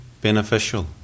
beneficial